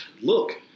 Look